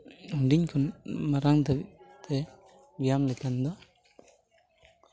ᱦᱩᱰᱤᱧ ᱠᱷᱚᱱᱟᱜ ᱢᱟᱨᱟᱝ ᱫᱷᱟᱹᱵᱤᱡ ᱛᱮ ᱵᱮᱭᱟᱢ ᱞᱮᱠᱷᱟᱱ ᱫᱚ